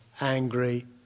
angry